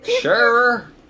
Sure